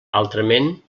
altrament